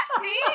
See